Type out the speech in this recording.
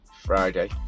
Friday